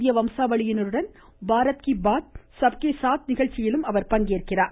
இந்திய வம்சாவளியினருடன் பாரத் கீ பாத் சப் கே ஸாத் நிகழ்ச்சியிலும் அவர் பங்கேற்கிறார்